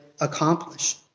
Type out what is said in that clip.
accomplish